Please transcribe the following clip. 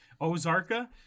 ozarka